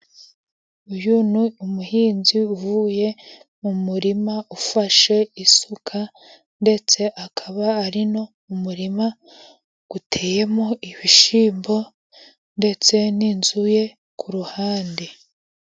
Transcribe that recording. Uyu ni umuhinzi uvuye mu murima, ufashe isuka ndetse akaba ari n' umurima uteyemo ibishyimbo ndetse n' inzu ye k' uruhande.